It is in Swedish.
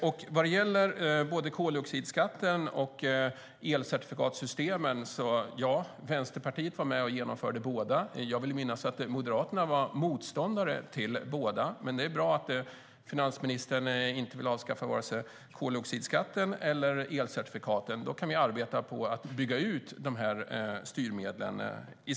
När det gäller både koldioxidskatten och elcertifikatssystemen var Vänsterpartiet med och genomförde båda styrmedlen. Jag vill minnas att Moderaterna var motståndare till båda, men det är bra att finansministern inte vill avskaffa vare sig koldioxidskatten eller elcertifikaten. Då kan vi i stället arbeta med att bygga ut dessa styrmedel.